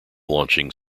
launching